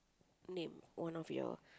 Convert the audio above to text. name one of your